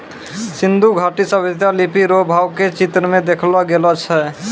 सिन्धु घाटी सभ्यता लिपी रो भाव के चित्र मे देखैलो गेलो छलै